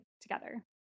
together